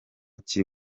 kiri